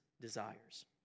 desires